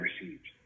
received